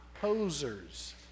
posers